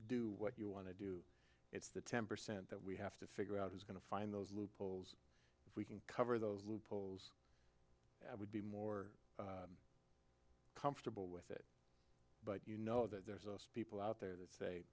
do what you want to do it's the ten percent that we have to figure out who's going to find those loopholes if we can cover those loopholes i would be more comfortable with it but you know that there are people out there that say